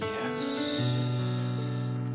yes